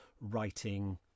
writing